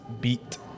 beat